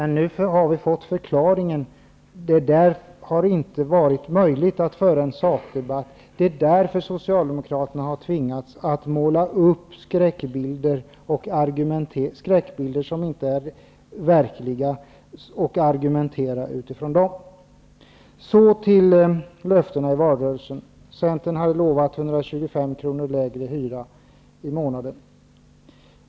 Nu har vi emellertid fått förklaringen till varför det inte har varit möjligt att föra en sakdebatt och varför Socialdemokraterna har tvingats måla upp skräckbilder som inte är verkliga och argumentera utifrån dem. Så till löftena i valrörelsen. Centern har lovat 125 kr. lägre hyra i månaden.